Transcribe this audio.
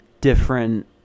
different